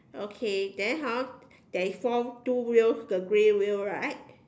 okay then hor there is four two wheels the grey wheel right